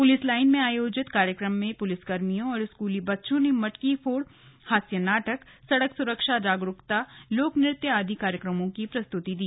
police line में आयोजित कार्यक्रम में पुलिसकर्मियों और स्कूली बच्चों ने मटकी फोड़ हास्य नाटक सड़क सुरक्षा जागरूकता लोक नृत्य आदि कार्यक्रमों की प्रस्तुति दी